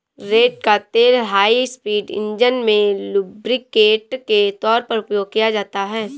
रेड़ का तेल high speed engine में लुब्रिकेंट के तौर पर उपयोग किया जाता है